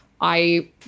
I-